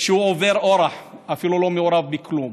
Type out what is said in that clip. הוא עובר אורח, אפילו לא מעורב בכלום.